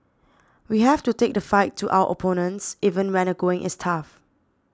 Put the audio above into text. we have to take the fight to our opponents even when the going is tough